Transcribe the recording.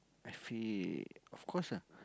I feel of course ah